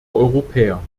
europäer